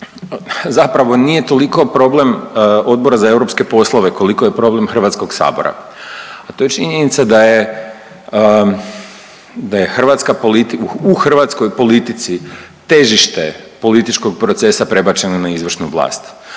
zapravo nije toliko problem Odbora za europske poslove koliko je problem Hrvatskog sabora, a to je činjenica da je u hrvatskoj politici težište političnog procesa prebačeno na izvršnu vlast